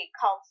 called